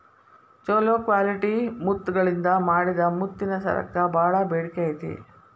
ಚೊಲೋ ಕ್ವಾಲಿಟಿ ಮುತ್ತಗಳಿಂದ ಮಾಡಿದ ಮುತ್ತಿನ ಸರಕ್ಕ ಬಾಳ ಬೇಡಿಕೆ ಐತಿ